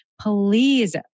Please